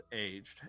aged